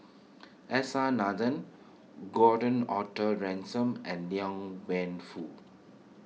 S R Nathan Gordon Arthur Ransome and Liang Wenfu